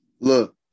Look